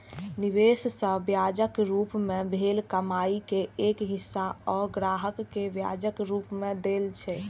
निवेश सं ब्याजक रूप मे भेल कमाइ के एक हिस्सा ओ ग्राहक कें ब्याजक रूप मे दए छै